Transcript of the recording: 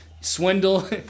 swindle